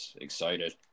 Excited